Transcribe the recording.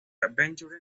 adventure